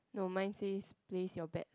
no mine says place your bets